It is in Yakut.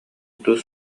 тус